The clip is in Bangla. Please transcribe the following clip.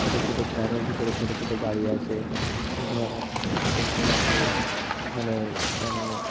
ছোটো ছোটো গ্রামের ভিতরে ছোটো ছোটো বাড়ি আছে ঘর আছে ছোটো ছোটো ঘর আছে ওখানে মানে